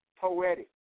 poetic